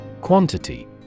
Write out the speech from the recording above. Quantity